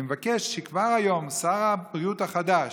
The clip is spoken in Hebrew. אני מבקש שכבר היום שר הבריאות החדש,